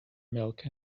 milk